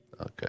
Okay